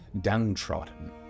downtrodden